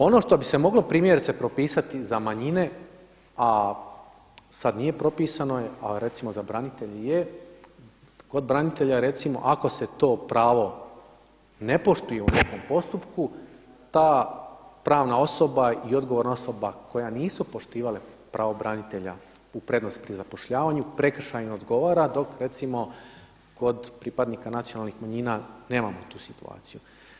Ono što bi se moglo primjerice propisati za manjine a sada nije propisano je a recimo za branitelje je, kod branitelja recimo ako se to pravo ne poštuje u nekom postupku ta pravna osoba i odgovorna osoba koja nisu poštivale pravo branitelja u prednosti pri zapošljavanju prekršajno odgovara dok recimo kod pripadnika nacionalnih manjina nemamo tu situaciju.